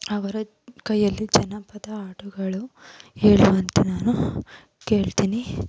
ಅವರ ಕೈಯ್ಯಲ್ಲಿ ಜನಪದ ಹಾಡುಗಳು ಹೇಳುವಂತೆ ನಾನು ಕೇಳ್ತಿನಿ